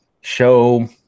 show